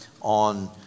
on